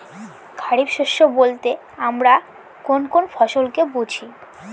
খরিফ শস্য বলতে আমরা কোন কোন ফসল কে বুঝি?